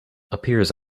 appears